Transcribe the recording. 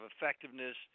effectiveness